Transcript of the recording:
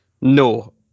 No